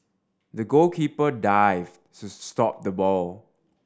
the goalkeeper dived to stop the ball